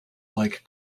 like